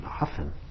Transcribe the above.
Often